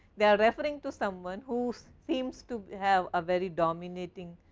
they are referring to someone who seems to have a very dominating,